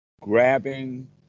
grabbing